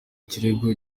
ikirego